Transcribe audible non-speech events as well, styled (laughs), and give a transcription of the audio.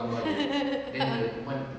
(laughs)